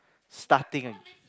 starting